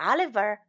Oliver